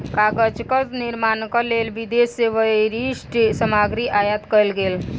कागजक निर्माणक लेल विदेश से विशिष्ठ सामग्री आयात कएल गेल